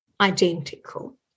identical